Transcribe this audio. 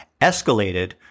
escalated